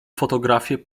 fotografie